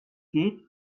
geht